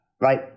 right